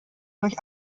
durch